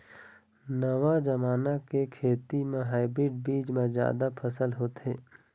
नवा जमाना के खेती म हाइब्रिड बीज म जादा फसल होथे